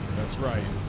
that's right